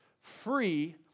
free